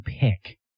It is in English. pick